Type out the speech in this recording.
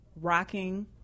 rocking